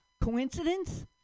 Coincidence